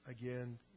Again